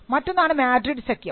മറ്റൊന്നാണ് മാഡ്രിഡ് സഖ്യം